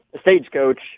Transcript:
stagecoach